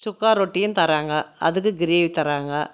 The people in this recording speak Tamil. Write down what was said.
சுக்கா ரொட்டியும் தராங்க அதுக்கு கிரேவி தராங்க